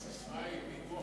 הססמה היא פיתוח